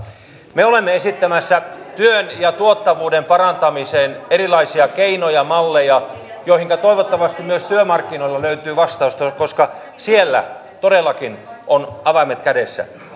me olemme esittämässä työn ja tuottavuuden parantamiseen erilaisia keinoja malleja joihinka toivottavasti myös työmarkkinoilla löytyy vastausta koska siellä todellakin on avaimet kädessä